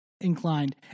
inclined